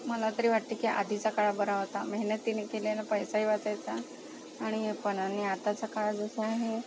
मला तरी वाटते की आधीचा काळ बरा होता मेहनतीने केलेला पैसाही वाचायचा आणि पण आणि आताचा काळ जसा आहे